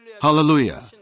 Hallelujah